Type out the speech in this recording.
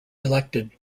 elected